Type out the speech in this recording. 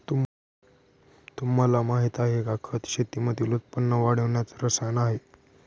तुम्हाला माहिती आहे का? खत शेतीमधील उत्पन्न वाढवण्याच रसायन आहे